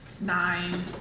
nine